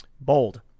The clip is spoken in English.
Bold